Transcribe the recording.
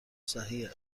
صحیح